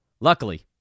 Luckily